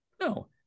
No